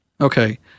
Okay